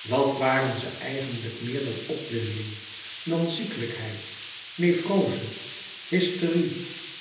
wat waren ze eigenlijk meer dan opwinding dan ziekelijkheid nevroze hysterie